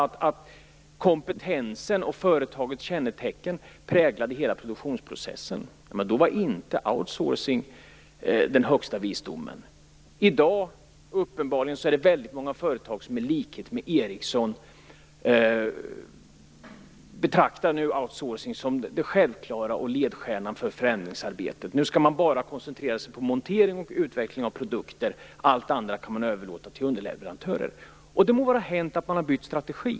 Det var viktigt att kompetensen och företagets kännetecken präglade hela produktionsprocessen. Då var inte outsourcing den högsta visdomen. I dag är det uppenbarligen många företag som i likhet med Ericsson betraktar outsourcing som det självklara och som ledstjärna för förändringsarbete. Nu skall man bara koncentrera sig på montering och utveckling av produkter, allt det andra kan man överlåta till underleverantörer. Det må vara hänt att man har bytt strategi.